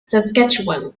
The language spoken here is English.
saskatchewan